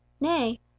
nay